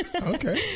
Okay